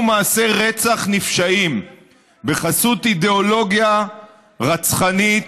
מעשי רצח נפשעים בחסות אידיאולוגיה רצחנית,